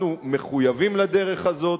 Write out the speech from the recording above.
אנחנו מחויבים לדרך הזאת.